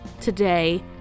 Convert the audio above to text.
today